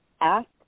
Ask